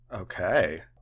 Okay